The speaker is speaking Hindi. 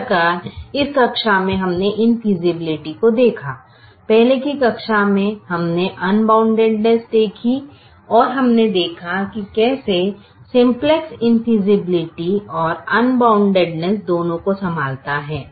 इस प्रकार इस कक्षा में हमने इंफ़ेयसिबिलिटी को देखा है पहले की कक्षा में हमने अनबाउंडनेस देखी और हमने देखा कैसे सिम्प्लेक्स इन्फैसिबिलिटी और अनबाउंडनेस दोनों को संभालता है